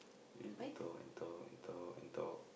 and talk and talk and talk and talk